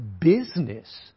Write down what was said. business